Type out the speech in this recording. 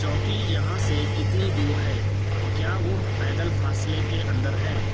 چوکی یہاں سے کتنی دور ہے کیا وہ پیدل فاصلے کے اندر ہے